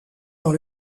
dans